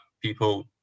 people